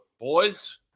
boys